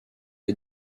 est